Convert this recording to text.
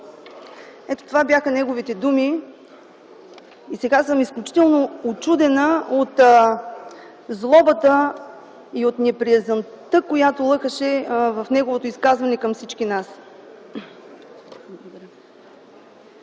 Ето това бяха неговите думи и сега съм изключително учудена от злобата и от неприязънта, която лъхаше в неговото изказване към всички нас.